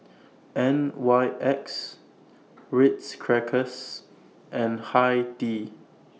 N Y X Ritz Crackers and Hi Tea